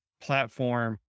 platform